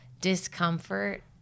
discomfort